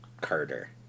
carter